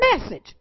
message